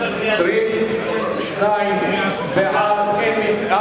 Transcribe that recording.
סעיף 1 נתקבל.